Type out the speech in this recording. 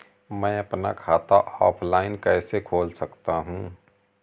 मैं अपना खाता ऑफलाइन कैसे खोल सकता हूँ?